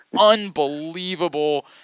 unbelievable